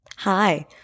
Hi